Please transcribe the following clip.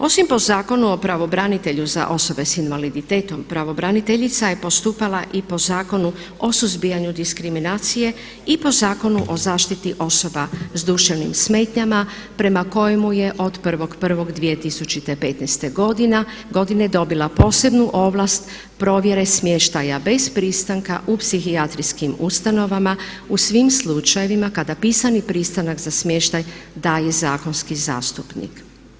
Osim po zakonu o pravobranitelju za osobe sa invaliditetom pravobraniteljica je postupala i po Zakonu o suzbijanju diskriminacije i po Zakonu o zaštiti osoba s duševnim smetnjama prema kojemu je od 1.1.2015.godine dobila posebnu ovlast provjere smještaja bez pristanka u psihijatrijskim ustanovama u svim slučajevima kada pisani pristanak za smještaj daje zakonski zastupnik.